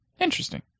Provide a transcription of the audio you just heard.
Interesting